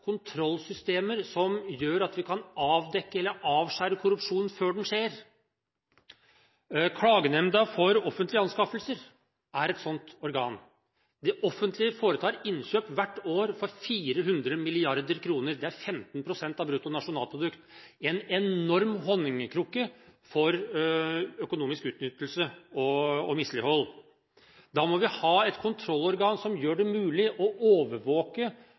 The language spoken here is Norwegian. kontrollsystemer som gjør at vi kan avdekke eller avskjære korrupsjonen før den skjer. Klagenemnda for offentlige anskaffelser, KOFA, er et sånt organ. Det offentlige foretar hvert år innkjøp for 400 mrd. kr. Det er 15 pst. av bruttonasjonalproduktet, en enorm honningkrukke for økonomisk utnyttelse og mislighold. Da må vi ha et kontrollorgan som gjør det mulig å overvåke